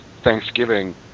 Thanksgiving